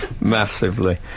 massively